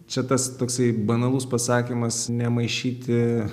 čia tas toksai banalus pasakymas nemaišyti